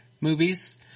movies